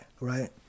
right